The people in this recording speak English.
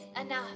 enough